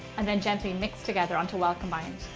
and then gently mix together until well combined.